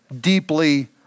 deeply